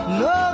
no